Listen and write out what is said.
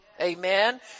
Amen